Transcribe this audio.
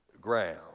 ground